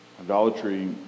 idolatry